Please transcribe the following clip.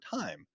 time